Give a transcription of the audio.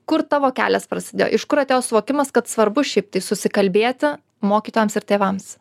kur tavo kelias prasidėjo iš kur atėjo suvokimas kad svarbu šiaip tai susikalbėti mokytojams ir tėvams